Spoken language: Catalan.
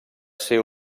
ser